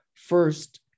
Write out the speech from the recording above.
First